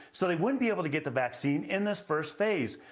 so they wouldn't be able to get the vaccine in this first phase.